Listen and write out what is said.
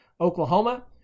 Oklahoma